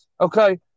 Okay